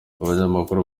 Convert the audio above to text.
abanyamakuru